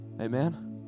Amen